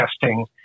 testing